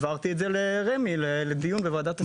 העברתי את זה לרמ"י לדיון בוועדת עסקאות.